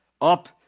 up